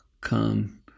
come